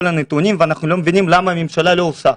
הנתונים ואנחנו לא מבינים למה הממשלה לא עושה.